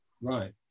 Right